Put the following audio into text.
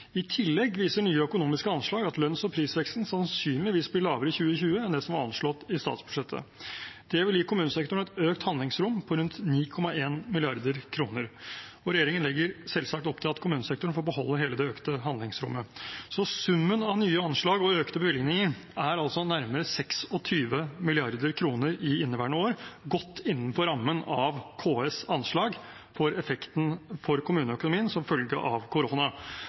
I tillegg viser nye økonomiske anslag at lønns- og prisveksten sannsynligvis blir lavere i 2020 enn det som var anslått i statsbudsjettet. Det vil gi kommunesektoren et økt handlingsrom på rundt 9,1 mrd. kr, og regjeringen legger selvsagt opp til at kommunesektoren får beholde hele det økte handlingsrommet. Så summen av nye anslag og økte bevilgninger er altså nærmere 26 mrd. kr i inneværende år, godt innenfor rammen av KS’ anslag for effekten for kommuneøkonomien som følge av korona.